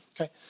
Okay